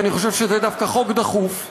כי אני חושב שזה דווקא חוק דחוף וחיוני,